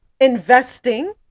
Investing